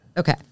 Okay